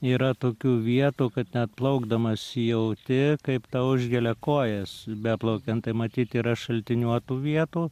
yra tokių vietų kad net plaukdamas jauti kaip tau užgelia kojas beplaukiant tai matyt yra šaltiniuotų vietų